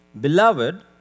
Beloved